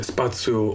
Spazio